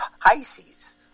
Pisces